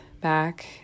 back